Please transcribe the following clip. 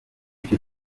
icyo